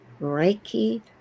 Reiki